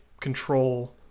control